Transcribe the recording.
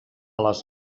les